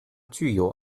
具有